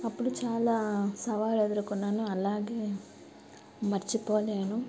అప్పుడు చాలా సవాళ్ళు ఎదుర్కొన్నాను అలాగే మర్చిపోలేను